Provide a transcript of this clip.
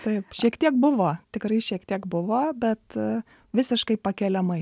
taip šiek tiek buvo tikrai šiek tiek buvo bet visiškai pakeliamai